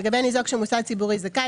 לגבי ניזוק שהוא מוסד ציבורי זכאי,